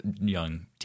young